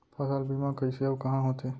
फसल बीमा कइसे अऊ कहाँ होथे?